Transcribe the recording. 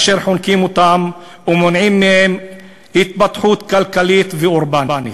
אשר חונקים אותם ומונעים מהם התפתחות כלכלית ואורבנית.